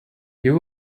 you